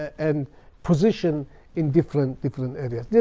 and position in different different areas.